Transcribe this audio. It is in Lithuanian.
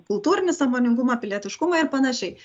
kultūrinį sąmoningumą pilietiškumą ir panašiai